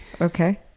Okay